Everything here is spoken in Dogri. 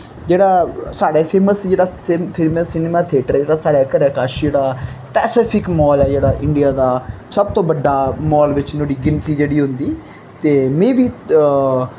जेह्ड़ा साढ़े फेमस जेह्ड़ा फेमस सिनमां थियेटर जेह्ड़ा साढ़े घरै कश जेह्ड़ा पैसिफिक मॉल ऐ जेह्ड़ा इंडिया दा सब तो बड्डा मॉल बिच्च नोहाड़ी गिनती जेहड़ी होंदी ते में बी